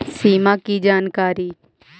सिमा कि जानकारी?